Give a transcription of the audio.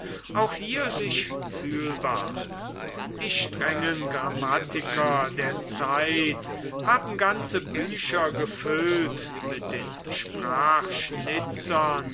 auch hier sich fühlbar die strengen grammatiker der zeit haben ganze bücher gefüllt mit den